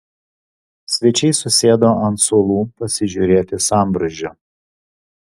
svečiai susėdo ant suolų pasižiūrėti sambrūzdžio